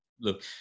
look